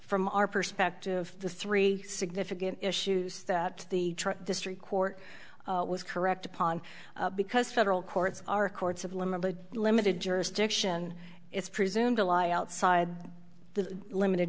from our perspective the three significant issues that the district court was correct upon because federal courts are courts of limited limited jurisdiction it's presumed to lie outside the limited